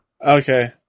Okay